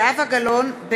עמר בר-לב, בעד זהבה גלאון,